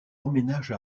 emménage